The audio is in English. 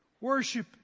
Worship